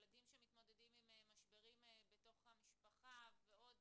ילדים שמתמודדים עם משברים בתוך המשפחה ועוד